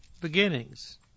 beginnings